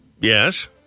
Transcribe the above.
Yes